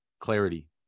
clarity